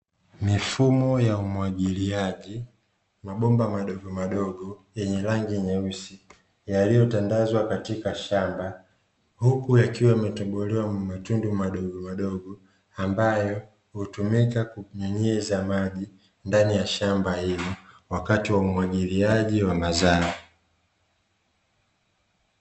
Mifumo ya umwagiliaji, mabomba madogomadogo yenye rangi nyeusi, yaliyotandazwa katika shamba, huku yakiwa yametobolewa matundu madogomadogo ambayo hutumika kunyunyiza maji ndani ya shamba hili wakati wa umwagiliaji wa mazao.